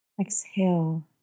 Exhale